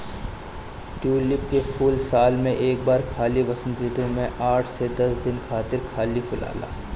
tulip के फूल साल में एक बार खाली वसंत ऋतू में आठ से दस दिन खातिर खाली फुलाला